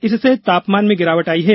इससे तापमान में गिरावट आई है